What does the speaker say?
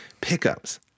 pickups